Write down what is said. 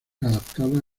adaptada